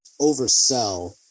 oversell